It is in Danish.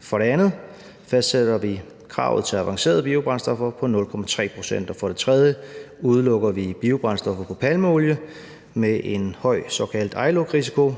For det andet fastsætter vi kravet til avancerede biobrændstoffer på 0,3 pct., og for det tredje udelukker vi biobrændstoffer på palmeolie med en høj såkaldt ILUC-risiko